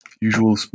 usual